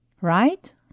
right